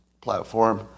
platform